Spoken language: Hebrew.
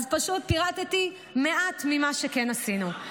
אז פירטתי מעט ממה שכן עשינו.